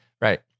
Right